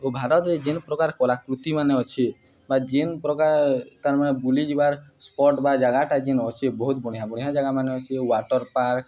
ଓ ଭାରତରେ ଯେନ୍ ପ୍ରକାର କଳାକୃତି ମାନେ ଅଛେ ବା ଯେନ୍ ପ୍ରକାର ତାର୍ ମାନେ ବୁଲିଯିବାର୍ ସ୍ପଟ ବା ଜାଗାଟା ଯେନ୍ ଅଛେ ବହୁତ ବଢ଼ିଁଆ ବଢ଼ିଆ ଜାଗାମାନେ ଅଛେ ୱାଟର ପାର୍କ